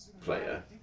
player